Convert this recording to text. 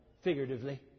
figuratively